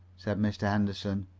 said mr. henderson.